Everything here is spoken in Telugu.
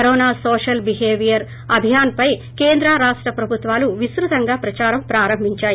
కరోనా నోషల్ బిహేవియర్ అభియాన్పై కేంద్ర రాష్ట ప్రభుత్వాలు విస్తృతంగా ప్రచారం ప్రారంభించాయి